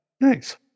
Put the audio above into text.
Nice